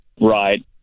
Right